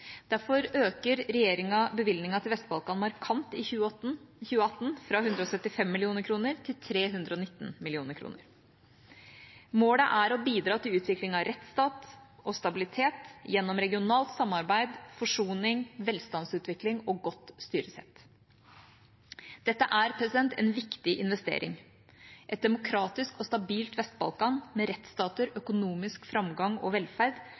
Derfor øker regjeringa bevilgningen til Vest-Balkan markant i 2018, fra 175 mill. kr til 319 mill. kr. Målet er å bidra til utviklingen av rettsstat og stabilitet gjennom regionalt samarbeid, forsoning, velstandsutvikling og godt styresett. Dette er en viktig investering. Et demokratisk og stabilt Vest-Balkan, med rettsstater, økonomisk framgang og velferd,